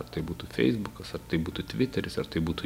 ar tai būtų feisbukas ar tai būtų tviteris ar tai būtų